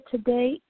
Today